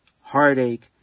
heartache